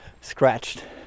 scratched